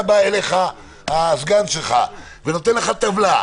אם היה בא אליך הסגן שלך ונותן לך טבלה,